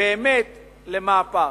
באמת למהפך.